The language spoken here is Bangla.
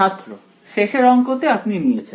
ছাত্র শেষের অঙ্কতে আপনি নিয়েছেন